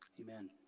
Amen